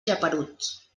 geperuts